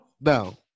no